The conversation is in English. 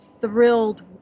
thrilled